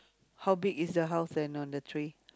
how big is the house then on the tree